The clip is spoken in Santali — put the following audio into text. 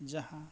ᱡᱟᱦᱟᱸ